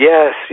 Yes